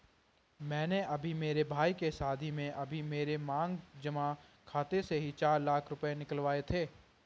मैंने अभी मेरे भाई के शादी में अभी मेरे मांग जमा खाते से ही चार लाख रुपए निकलवाए थे